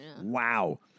Wow